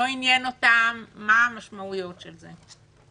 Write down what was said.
לא עניין אותם מה המשמעויות של זה.